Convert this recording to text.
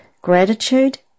gratitude